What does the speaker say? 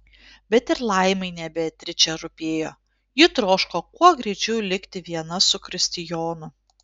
bet ir laimai ne beatričė rūpėjo ji troško kuo greičiau likti viena su kristijonu